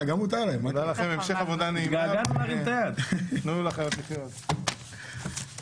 הישיבה ננעלה בשעה 14:00.